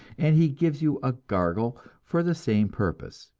and he gives you a gargle for the same purpose,